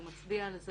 והוא מצביע על כך